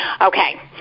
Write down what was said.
Okay